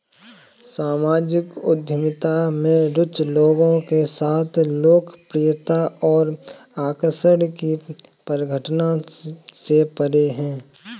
सामाजिक उद्यमिता में रुचि लोगों के साथ लोकप्रियता और आकर्षण की परिघटना से परे है